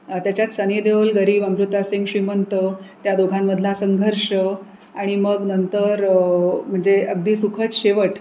त्याच्यात सनी देवोल गरीब अमृता सिंग श्रीमंत त्या दोघांमधला संघर्ष आणि मग नंतर म्हणजे अगदी सुखद शेवट